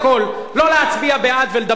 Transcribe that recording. לא להצביע בעד ולדבר אחר כך.